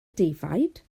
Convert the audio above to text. defaid